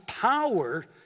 power